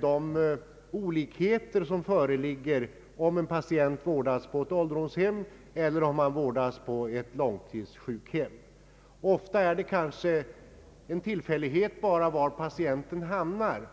de olikheter som föreligger om en patient vårdas på ett ålderdomshem eller på ett långtidssjukhem. Ofta är det kanske en tillfällighet som avgör vad patienten hamnar.